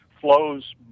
flows